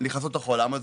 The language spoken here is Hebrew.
נכנסות לעולם.